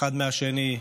אחד מהשני,